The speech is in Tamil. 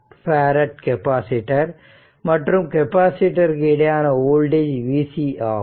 1F கெப்பாசிட்டர் மற்றும் கெப்பாசிட்டர் இருக்கு இடையேயான வோல்டேஜ் Vc ஆகும்